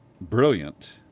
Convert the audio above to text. brilliant